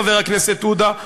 חבר הכנסת עודה,